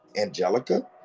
Angelica